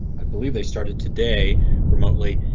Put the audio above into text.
i believe they started today remotely.